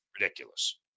Ridiculous